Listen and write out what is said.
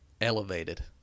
elevated